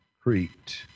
Crete